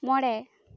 ᱢᱚᱬᱮ